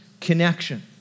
connection